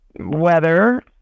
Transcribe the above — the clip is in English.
weather